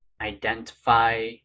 identify